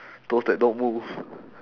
those that don't move